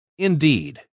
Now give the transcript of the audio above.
Indeed